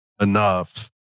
enough